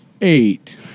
Eight